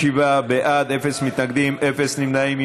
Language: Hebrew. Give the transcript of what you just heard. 47 בעד, אפס מתנגדים, אפס נמנעים.